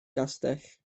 gastell